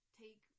take